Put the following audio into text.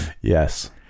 Yes